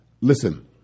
Listen